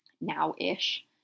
now-ish